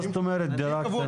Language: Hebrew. מה זאת אומרת דירה קטנה?